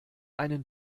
einen